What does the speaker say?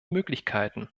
möglichkeiten